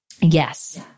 Yes